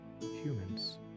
humans